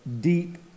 deep